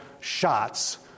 shots